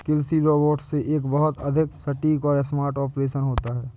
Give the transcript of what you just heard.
कृषि रोबोट से एक बहुत अधिक सटीक और स्मार्ट ऑपरेशन होता है